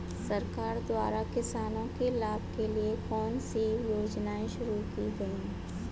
सरकार द्वारा किसानों के लाभ के लिए कौन सी योजनाएँ शुरू की गईं?